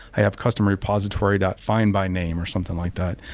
i have customer repository about find by name or something like that.